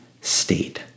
state